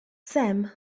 sam